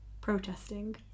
protesting